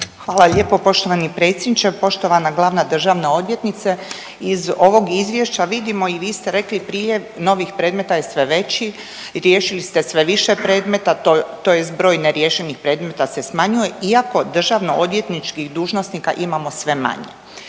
Hvala lijepo poštovani predsjedniče. Poštovana glavna državna odvjetnice iz ovog izvješća vidimo i vi ste rekli prije novih predmeta je sve veći i riješili ste sve više predmeta, tj. broj neriješenih predmeta se smanjuje iako državno odvjetničkih dužnosnika imamo sve manje.